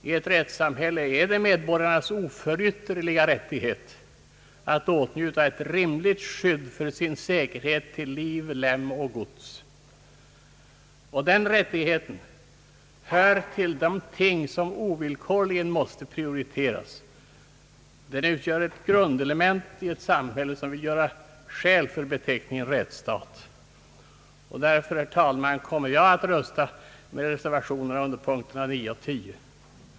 I ett rättssamhälle är det medborgarnas oförytterliga rättighet att åtnjuta ett rimligt skydd för sin säkerhet till liv, lem och gods. Den rättigheten hör till de ting som ovillkorligen måste prioriteras, den utgör ett grundelement i ett samhälle, som vill göra skäl för beteckningen rättsstat. Därför, herr talman, kommer jag att rösta för reservationerna under punkterna 9 och 10.